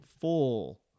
full